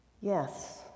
Yes